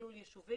תכלול יישובי